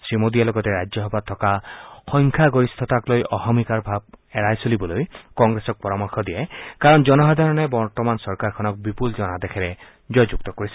শ্ৰীমোদীয়ে লগতে ৰাজ্যসভাত থকা সংখ্যাগৰিষ্ঠতাক লৈ অহমিকাৰ ভাৱ এৰাই চলিবলৈ কংগ্ৰেছক পৰামৰ্শ দিয়ে কাৰণ জনসাধাৰণে বৰ্তমান চৰকাৰখনক বিপুল জনাদেশেৰে জয়যুক্ত কৰিছে